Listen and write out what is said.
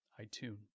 iTunes